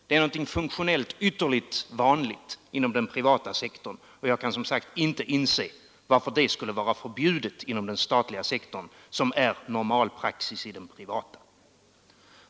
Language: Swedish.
Det är någonting funktionellt ytterligt vanligt inom den privata sektorn, och jag kan som sagt inte inse varför det som är normalpraxis inom den privata sektorn skulle vara förbjudet inom den statliga.